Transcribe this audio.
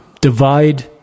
Divide